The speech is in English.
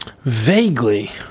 Vaguely